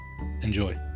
Enjoy